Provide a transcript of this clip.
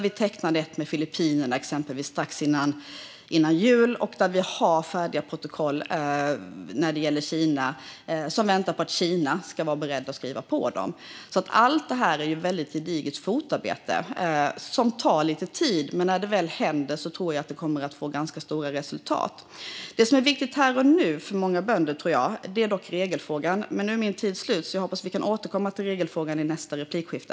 Vi tecknade ett med exempelvis Filippinerna strax före jul. Vi har även färdiga protokoll för Kina. Vi väntar bara på att Kina ska vara berett att skriva på dem. Allt detta är ett väldigt gediget fotarbete som tar lite tid. Men när det väl händer tror jag att det kommer att få stora resultat. Vad som här och nu är viktigt för många bönder är dock regelfrågan. Jag hoppas att jag får återkomma till den i mitt nästa anförande.